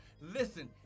listen